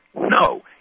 No